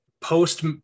post